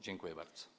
Dziękuję bardzo.